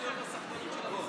להיות בסחטנות של המשרדים.